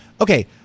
Okay